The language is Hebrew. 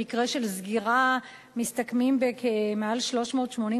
במקרה של סגירה מסתכמים ביותר מ-380,